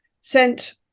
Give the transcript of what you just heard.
sent